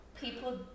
people